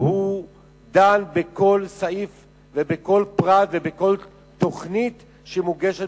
דן בכל סעיף ובכל פרט ובכל תוכנית שמוגשת